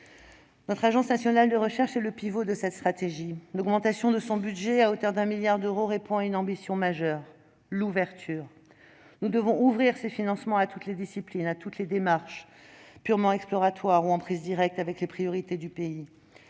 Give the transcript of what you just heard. Notre agence nationale de recherche est le pivot de cette stratégie. L'augmentation de son budget à hauteur de 1 milliard d'euros répond à une ambition majeure : l'ouverture. Nous devons ouvrir ses financements à toutes les disciplines, à toutes les démarches, qu'elles soient purement exploratoires ou en prise directe avec les priorités du pays,